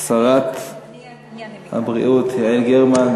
שרת הבריאות יעל גרמן,